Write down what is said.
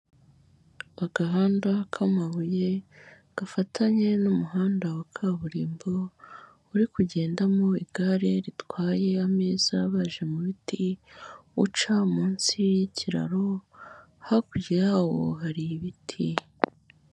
Agahanda k'amabuye gafatanye n'umuhanda wa kaburimbo, uri kugendamo igare ritwaye ameza abaje mu biti uca munsi y'ikiraro, hakurya yawo hari ibiti.